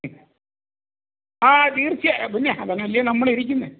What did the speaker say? M ആ തീർച്ചയായും ആ പിന്നെ അതിനല്ലെയോ നമ്മൾ ഇരിക്കുന്നത്